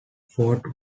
fort